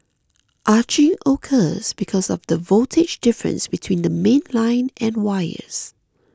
arcing occurs because of the voltage difference between the mainline and wires